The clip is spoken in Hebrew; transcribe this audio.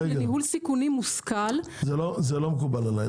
לניהול סיכונים מושכל --- זה לא מקובל עליי,